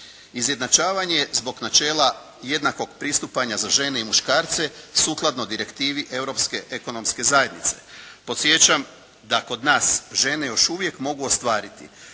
Izjednačavanje zbog načela jednakog pristupanja za žene i muškarce sukladno direktivi Europske ekonomske zajednice. Podsjećam da kod nas žene još uvijek mogu ostvariti